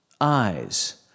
eyes